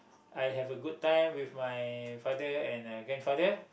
I have a good time with my father and grandfather